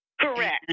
Correct